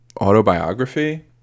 autobiography